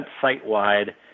site-wide